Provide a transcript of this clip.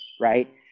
right